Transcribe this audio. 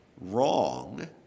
wrong